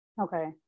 okay